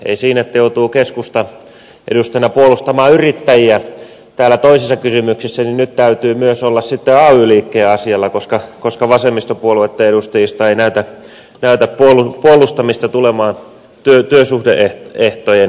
ei siinä että joutuu keskustan edustajana puolustamaan yrittäjiä täällä toisissa kysymyksissä vaan nyt täytyy myös olla sitten ay liikkeen asialla koska vasemmistopuolueitten edustajilta ei näytä puolustamista tulevan työsuhde ehtojen suhteen